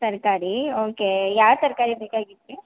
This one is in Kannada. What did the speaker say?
ತರಕಾರಿ ಓಕೆ ಯಾವ ತರಕಾರಿ ಬೇಕಾಗಿತ್ತು ರೀ